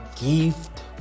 gift